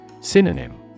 Synonym